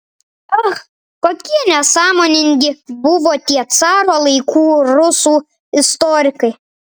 ach kokie nesąmoningi buvo tie caro laikų rusų istorikai